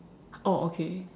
oh okay